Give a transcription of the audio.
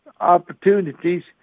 Opportunities